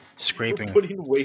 Scraping